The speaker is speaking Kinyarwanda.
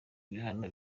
ibihano